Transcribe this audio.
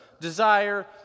desire